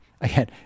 again